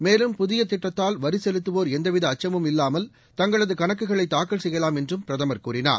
மேலும் புதிய திட்டத்தால் வரி செலுத்தவோர் எந்தவித அச்சமும் இல்லாமல் தங்களது கணக்குகளை தாக்கல் செய்யலாம் என்றும் பிரதமர் கூறினார்